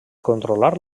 controlar